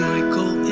Michael